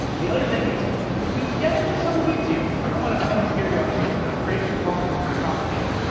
the other thing is, we we get into some weeds here. i don't want to and want to scare you off too much, but trade policy is pretty complicated,